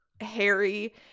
Harry